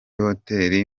hoteli